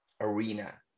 arena